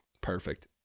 Perfect